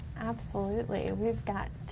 absolutely, we've got